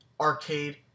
arcade